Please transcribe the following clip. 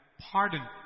pardon